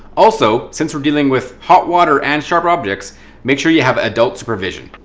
also, since we're dealing with hot water and sharp objects make sure you have adult supervision.